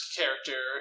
character